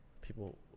People